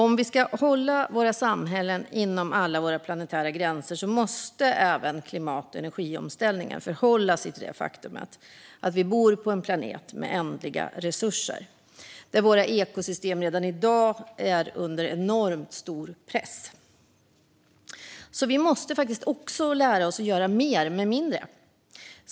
Om vi ska hålla våra samhällen inom alla planetära gränser måste även klimat och energiomställningen förhålla sig till det faktum att vi bor på en planet med ändliga resurser där våra ekosystem redan i dag är under enormt stor press. Vi måste lära oss att göra mer med mindre.